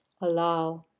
allow